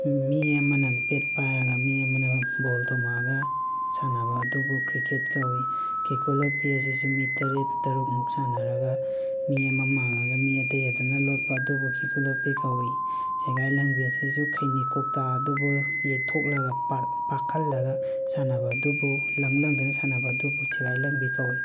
ꯃꯤ ꯑꯃꯅ ꯕꯦꯠ ꯄꯥꯏꯔꯒ ꯃꯤ ꯑꯃꯅ ꯕꯣꯜ ꯊꯣꯝꯃꯛꯑꯒ ꯁꯥꯅꯕ ꯑꯗꯨꯕꯨ ꯀ꯭ꯔꯤꯀꯦꯠ ꯀꯧꯋꯤ ꯀꯦꯀꯨ ꯂꯣꯠꯄꯤ ꯑꯁꯤꯁꯨ ꯃꯤ ꯇꯔꯦꯠ ꯇꯔꯨꯛꯃꯨꯛ ꯁꯥꯅꯔꯒ ꯃꯤ ꯑꯃ ꯃꯥꯡꯉꯒ ꯃꯤ ꯑꯇꯩ ꯑꯗꯨꯅ ꯂꯣꯠꯄ ꯑꯗꯨꯕꯨ ꯀꯦꯀꯨ ꯂꯣꯠꯄꯤ ꯀꯧꯏ ꯆꯦꯒꯥꯏ ꯂꯪꯕꯤ ꯑꯁꯤꯁꯨ ꯈꯩꯅꯤ ꯀꯧꯇꯥ ꯑꯗꯨꯕꯨ ꯌꯩꯊꯣꯛꯂꯒ ꯄꯥꯛꯍꯜꯂꯒ ꯁꯥꯅꯕ ꯑꯗꯨꯕꯨ ꯂꯪ ꯂꯪꯗꯨꯅ ꯁꯥꯅꯕ ꯑꯗꯨꯕꯨ ꯆꯦꯒꯥꯏ ꯂꯪꯕꯤ ꯀꯧꯋꯤ